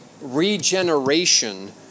regeneration